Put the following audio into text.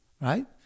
right